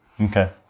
Okay